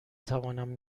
توانم